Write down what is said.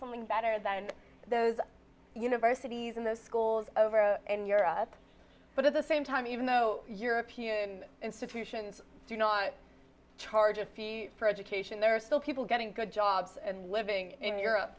something better than those universities in those schools over in europe but at the same time even though european institutions do not charge a fee for education there are still people getting good jobs and living in europe